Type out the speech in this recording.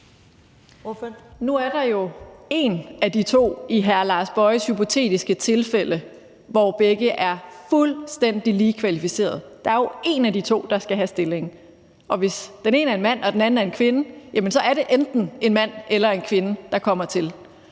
Nu er der jo en af de to i hr. Lars Boje Mathiesens hypotetiske tilfælde, hvor begge er fuldstændig lige kvalificerede, der skal have stillingen. Og hvis den ene er en mand og den anden er en kvinde, jamen så er det enten en mand eller en kvinde, der kommer til.